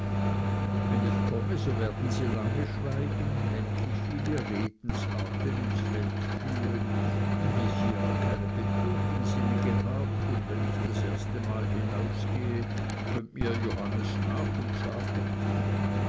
wenn ich komme so werden sie lange schweigen endlich viele redensarten ins feld führen wie sie ja keinen betrug im sinne gehabt und wenn ich das erstemal hinausgehe kömmt mir johannes nach und sagt